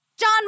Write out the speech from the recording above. John